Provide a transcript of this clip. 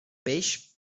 peix